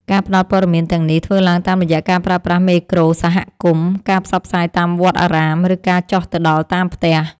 ការផ្ដល់ព័ត៌មានទាំងនេះ ធ្វើឡើងតាមរយៈការប្រើប្រាស់មេក្រូសហគមន៍ ការផ្សព្វផ្សាយតាមវត្តអារាម ឬការចុះទៅដល់តាមផ្ទះ។